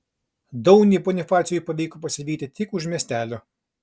daunį bonifacui pavyko pasivyti tik už miestelio